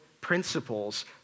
principles